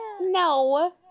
No